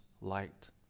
light